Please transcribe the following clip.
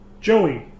Joey